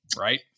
right